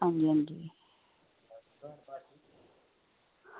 आं